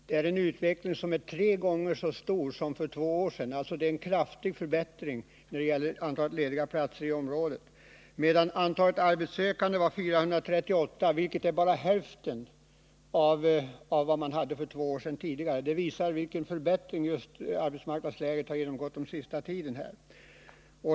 Det är en utveckling som innebär att antalet platser är tre gånger så stort som för två år sedan — alltså en kraftig förbättring när det gäller antalet lediga platser i området. Antalet arbetssökande var 438, vilket är bara hälften av vad man hade för två år sedan. Det visar vilken förbättring arbetsmarknadsläget har genomgått den senaste tiden.